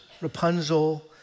Rapunzel